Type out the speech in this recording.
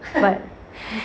but